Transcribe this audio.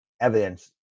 evidence